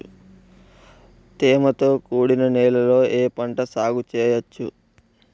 తేమతో కూడిన నేలలో ఏ పంట సాగు చేయచ్చు?